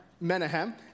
Menahem